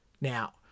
Now